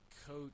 Coach